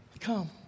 come